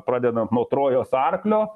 pradedant nuo trojos arklio